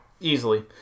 Easily